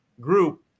group